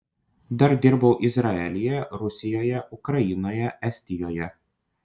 dar dirbau izraelyje rusijoje ukrainoje estijoje